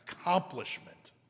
accomplishment